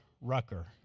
Rucker